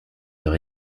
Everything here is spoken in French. leur